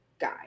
guy